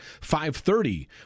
5.30